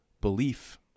belief